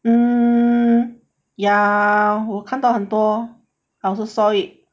um ya 我看到很多 I also saw it